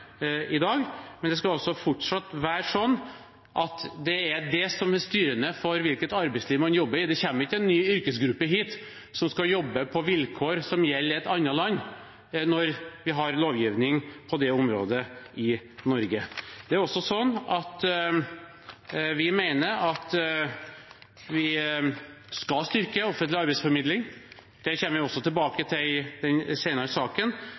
i dag, men det skal altså fortsatt være sånn at det er det som er styrende for hvilket arbeidsliv man jobber i. Det kommer ikke en ny yrkesgruppe hit som skal jobbe på vilkår som gjelder i et annet land, når vi har lovgivning på det området i Norge. Vi mener at vi skal styrke den offentlige arbeidsformidlingen. Det kommer vi også tilbake til i den senere saken.